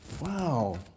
Wow